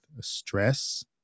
stress